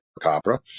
Capra